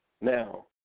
now